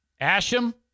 Asham